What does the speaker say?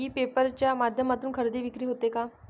E paper च्या माध्यमातून खरेदी विक्री होते का?